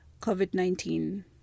COVID-19